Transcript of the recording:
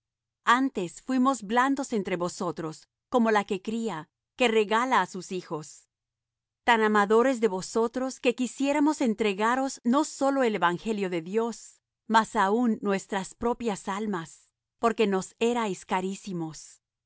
antes fuimos blandos entre vosotros como la que cría que regala á sus hijos tan amadores de vosotros que quisiéramos entregaros no sólo el evangelio de dios mas aun nuestras propias almas porque nos erais carísimos